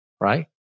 right